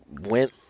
went